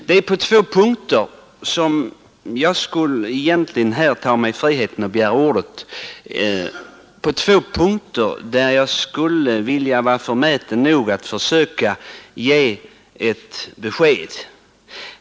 Det finns två punkter där jag är förmäten nog att försöka ge besked.